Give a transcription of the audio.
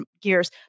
gears